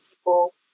people